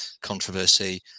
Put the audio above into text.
controversy